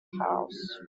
house